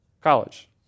college